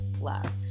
love